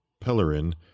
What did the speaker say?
Pellerin